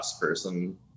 person